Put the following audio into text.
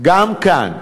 גם כאן.